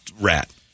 rat